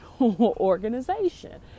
organization